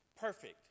perfect